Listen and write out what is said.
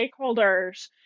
stakeholders